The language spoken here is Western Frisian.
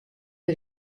der